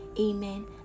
Amen